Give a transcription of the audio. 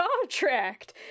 contract